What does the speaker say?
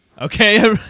Okay